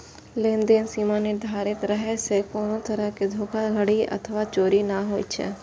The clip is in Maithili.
लेनदेन सीमा निर्धारित रहै सं कोनो तरहक धोखाधड़ी अथवा चोरी नै होइ छै